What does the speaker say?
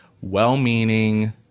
well-meaning